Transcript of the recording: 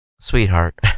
sweetheart